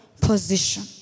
position